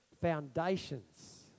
Foundations